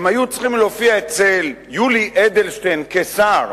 הם היו צריכים להופיע אצל יולי אדלשטיין כשר,